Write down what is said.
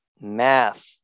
Math